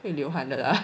会流汗的 lah